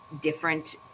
different